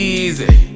easy